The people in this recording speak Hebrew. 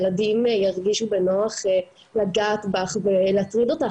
ילדים ירגישו בנוח לגעת בך ולהטריד אותך,